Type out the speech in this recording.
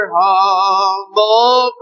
humble